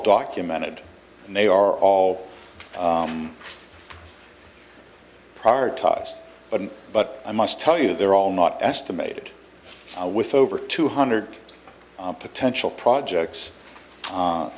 documented and they are all prioritized but but i must tell you they're all not estimated with over two hundred potential projects